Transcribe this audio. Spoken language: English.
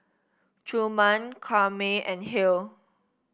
Truman Karyme and Hale